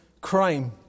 crime